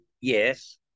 yes